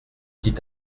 dit